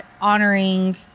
honoring